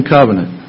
Covenant